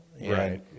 right